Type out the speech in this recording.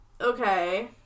okay